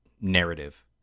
narrative